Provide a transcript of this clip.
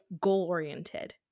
goal-oriented